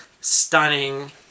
stunning